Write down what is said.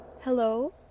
Hello